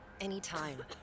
anytime